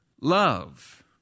love